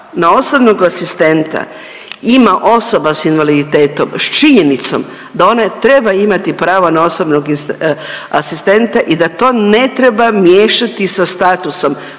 na osobnog asistenta ima osoba s invaliditetom s činjenicom da ona treba imati pravo na osobnog asistenta i da to ne treba miješati sa statusom